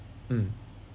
mm